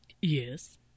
Yes